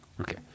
Okay